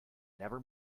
never